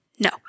No